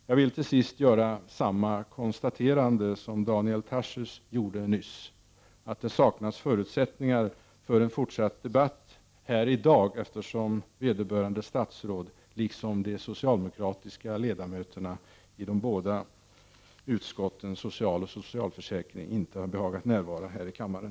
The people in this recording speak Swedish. Jag vill till sist göra samma konstaterande som Daniel Tarschys nyss gjorde, nämligen att det saknas förutsättningar för en fortsatt debatt i dag, eftersom vederbörande statsråd liksom de socialdemokratiska ledamöterna i socialutskottet och socialförsäkringsutskottet inte behagat närvara i kammaren.